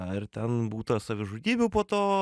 ar ten būta savižudybių po to